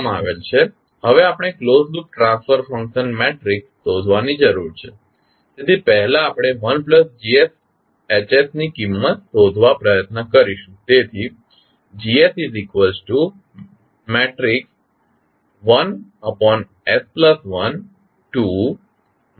હવે આપણે closed loop transfer function matrix શોધવાની જરૂર છે તેથી પહેલા આપણે IGsHsની કિંમત શોધવા પ્રયત્ન કરીશું